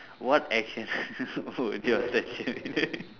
what action would your statue be doing